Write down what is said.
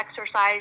exercise